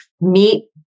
meet